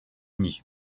uni